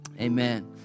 amen